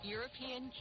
European